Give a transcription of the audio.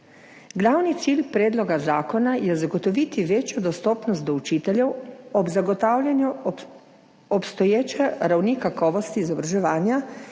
Glavni cilj predloga zakona je zagotoviti večjo dostopnost do učiteljev ob zagotavljanju obstoječe ravni kakovosti izobraževanja,